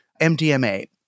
MDMA